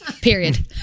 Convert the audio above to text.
Period